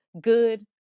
good